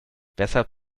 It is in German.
weshalb